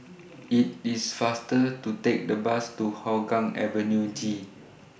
IT IS faster to Take The Bus to Hougang Avenue G